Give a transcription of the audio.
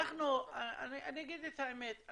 אני אגיד את האמת,